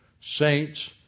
saints